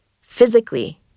physically